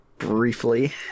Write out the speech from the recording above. briefly